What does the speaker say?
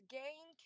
gain